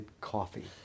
coffee